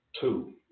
two